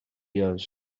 years